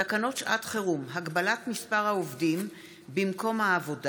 תקנות שעת חירום (הגבלת מספר העובדים במקום העבודה